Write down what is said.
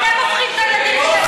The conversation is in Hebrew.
אתם הופכים את הילדים שלכם לרוצחים.